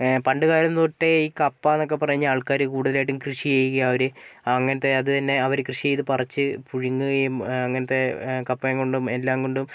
പണ്ട് കാലം തൊട്ടേ ഈ കപ്പ എന്നൊക്കെ പറഞ്ഞാൽ ആൾക്കാർ കൂടുതലായിട്ടും കൃഷി ചെയ്യുകയും അവർ അങ്ങനത്തെ അത് തന്നെ അവർ കൃഷി ചെയ്ത് പറിച്ച് പുഴുങ്ങുകയും അങ്ങനത്തെ കപ്പയും കൊണ്ടും എല്ലാം കൊണ്ടും